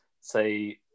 say